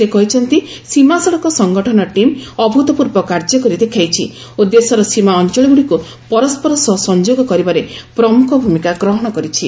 ସେ କହିଛନ୍ତି ସୀମା ସଡ଼କ ସଂଗଠନ ଟିମ୍ ଅଭୃତପୂର୍ବ କାର୍ଯ୍ୟ କରି ଦେଖାଇଛି ଓ ଦେଶର ସୀମା ଅଞ୍ଚଳଗୁଡ଼ିକୁ ପରସ୍କର ସହ ସଂଯୋଗ କରିବାରେ ପ୍ରମୁଖ ଭୂମିକା ଗ୍ରହଣ କରିଛି